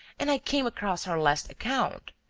and i came across our last account.